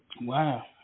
Wow